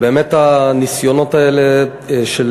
באמת הניסיונות האלה, של